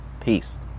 Peace